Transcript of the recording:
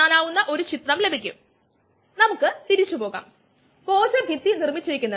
സാന്ദ്രതയിൽ മാറ്റം ഒന്നും ഇല്ലാത്തത് കൊണ്ട് അത് പൂജ്യമായി മാറുന്നു